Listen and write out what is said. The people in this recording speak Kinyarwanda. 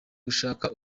gushaka